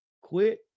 quit